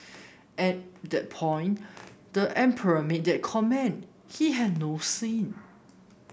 at the point the emperor made that comment he had no sin